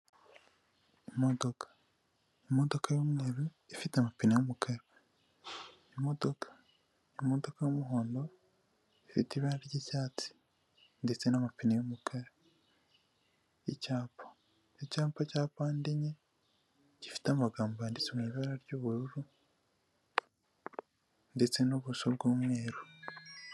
Imodoka imodoka y'umweru ifite amapine y'umukara, imodoka imodoka y'umuhondo ifite ibara ry'icyatsi ndetse n'amapine y'umukara. Icyapa icyapa cya mpande enye gifite amagambo yanditse mu ibara ry'ubururu ndetse n'ubuso bw'umweru.